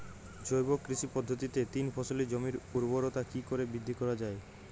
জৈব কৃষি পদ্ধতিতে তিন ফসলী জমির ঊর্বরতা কি করে বৃদ্ধি করা য়ায়?